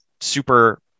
super